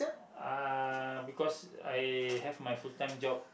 uh because I have my full time job